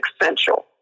essential